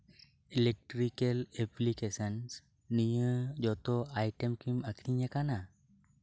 electrical applications ᱱᱤᱭᱟᱹ ᱡᱚᱛᱚ item ᱠᱤ ᱟᱠᱷᱨᱤᱧᱚᱜ ᱠᱟᱱᱟ